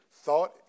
thought